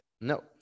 no